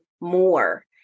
more